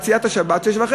יציאת השבת ב-18:30.